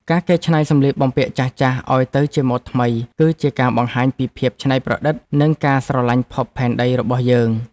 ការកែច្នៃសម្លៀកបំពាក់ចាស់ៗឱ្យទៅជាម៉ូដថ្មី គឺជាការបង្ហាញពីភាពច្នៃប្រឌិតនិងការស្រឡាញ់ភពផែនដីរបស់យើង។